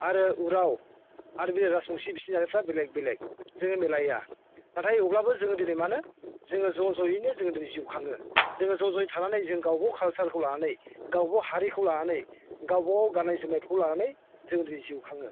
आरो उराव आरो बियो राजबंसि बिसोरनि जानायफोरा बेलेग बेलेग जोङो मिलाया नाथाय अब्लाबो जोङो दिनै माने जोङो ज' ज'यैनो जोङो दिनै जिउ खाङो जोङो ज' ज'यै थानानै जोङो गावबागाव खाल्सारखौ लानानै गावबागाव हारिखौ लानानै गावबागाव गाननाय जोमनायफोरखौ लानानै जोङो दिनै जिउ खाङो